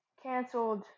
canceled